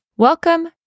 Welcome